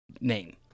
name